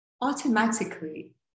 automatically